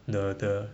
the the